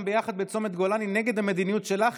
ביחד בצומת גולני נגד המדיניות שלך,